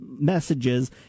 messages